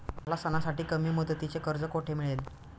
मला सणासाठी कमी मुदतीचे कर्ज कोठे मिळेल?